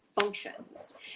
functions